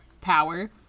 power